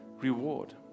reward